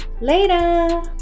Later